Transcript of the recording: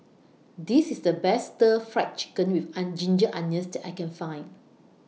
This IS The Best Stir Fried Chicken with Ginger Onions I Can Find